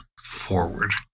forward